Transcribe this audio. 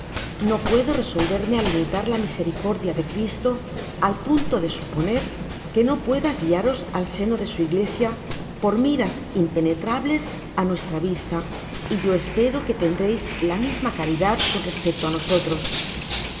no puodo resolverme á limitar la misericordia de cristo al punto de suponer que no pueda guiaros al seno de su iglesia por miras impenetrables á nuestra vista y yo espero que tendreis la misma caridad con respecto á nosotros